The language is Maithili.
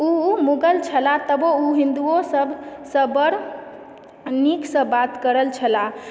ओ मुगल छलाह तबो ओ हिन्दुओ सभसँ बड़ नीकसँ बात करल छलाह